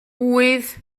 ŵydd